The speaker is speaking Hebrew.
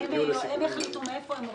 שהם יחליטו מאיפה הם מורידים,